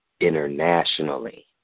internationally